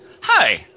Hi